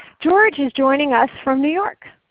george is joining us from new york.